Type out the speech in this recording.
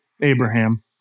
Abraham